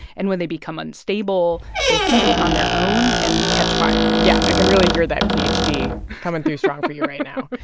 and when they become unstable, they heat up on their own and catch fire yeah. i can really hear that ph d. coming through strong for you right now.